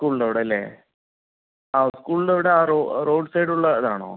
സ്കൂളിൻ്റെ അവിടെയല്ലേ ആ സ്കൂളിൻ്റെ അവിടെ ആ റോഡ് റോഡ് സൈഡ് ഉള്ള അതാണോ